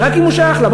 רק אם הוא שייך לה,